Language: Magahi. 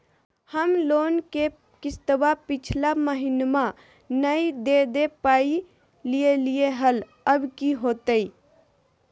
हम लोन के किस्तवा पिछला महिनवा नई दे दे पई लिए लिए हल, अब की होतई?